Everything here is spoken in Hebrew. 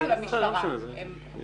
הם